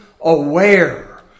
aware